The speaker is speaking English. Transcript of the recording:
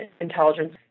intelligence